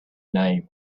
name